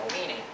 meaning